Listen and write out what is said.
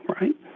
right